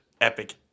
epic